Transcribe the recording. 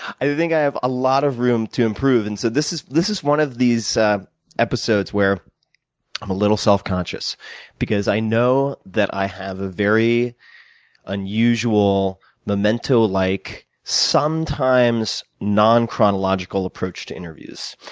i think i have a lot of room to improve. and so this is this is one of these episodes where i'm a little self conscious because i know that i have a very unusual memento-like, memento-like, sometimes non chronological approach to interviews.